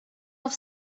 auf